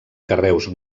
carreus